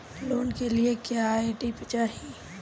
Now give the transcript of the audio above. Loan के लिए क्या आई.डी चाही?